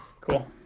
Cool